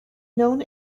known